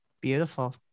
Beautiful